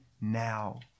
now